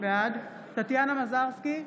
בעד טטיאנה מזרסקי,